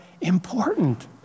important